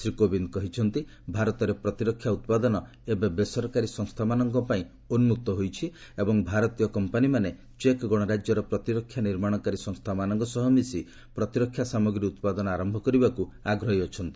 ଶ୍ରୀ କୋବିନ୍ଦ୍ କହିଛନ୍ତି ଭାରତରେ ପ୍ରତିରକ୍ଷା ଉତ୍ପାଦନ ଏବେ ବେସରକାରୀ ସଂସ୍ଥାମାନଙ୍କପାଇଁ ଉନ୍କକ୍ତ ହୋଇଛି ଏବଂ ଭାରତୀୟ କମ୍ପାନୀମାନେ ଚେକ୍ ଗଣରାଜ୍ୟର ପ୍ରତିରକ୍ଷା ନିର୍ମାଣକାରୀ ସଂସ୍ଥାମାନଙ୍କ ସହ ମିଶି ପ୍ରତିରକ୍ଷା ସାମଗ୍ରୀ ଉତ୍ପାଦନ ଆରମ୍ଭ କରିବାକ୍ ଆଗ୍ରହୀ ଅଛନ୍ତି